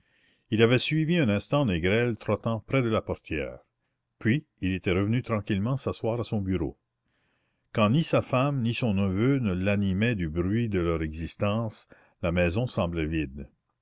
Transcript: il avait suivi un instant négrel trottant près de la portière puis il était revenu tranquillement s'asseoir à son bureau quand ni sa femme ni son neveu ne l'animaient du bruit de leur existence la maison semblait vide